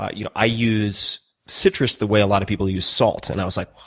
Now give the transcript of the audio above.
ah you know i use citrus the way a lot of people use salt. and i was like, huh.